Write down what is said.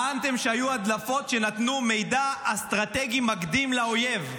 טענתם שהיו הדלפות שנתנו מידע אסטרטגי מקדים לאויב.